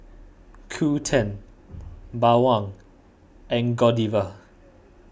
Qoo ten Bawang and Godiva